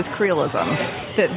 creolism